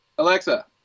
Alexa